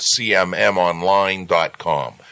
cmmonline.com